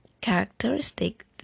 characteristic